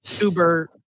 Uber